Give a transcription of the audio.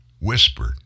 whispered